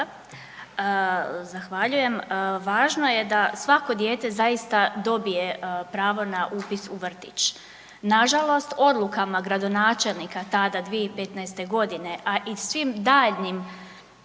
Zahvaljujem. Važno je da svako dijete zaista dobije pravo upis na vrtić. Nažalost odlukama gradonačelnika tada 2015. godine, a i svim daljnjim